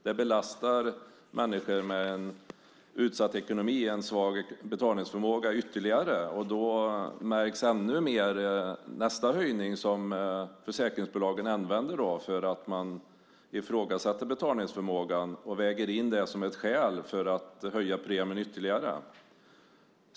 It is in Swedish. Det belastar människor med en utsatt ekonomi och en svag betalningsförmåga ytterligare. Då märks nästa höjning ännu mer som försäkringsbolagen gör för att man ifrågasätter betalningsförmågan. Man väger in det som ett skäl för att höja premien ytterligare.